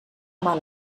mal